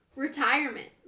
Retirement